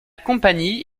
compagnie